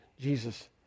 Jesus